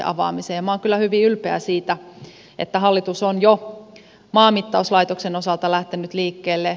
minä olen kyllä hyvin ylpeä siitä että hallitus on jo maanmittauslaitoksen osalta lähtenyt liikkeelle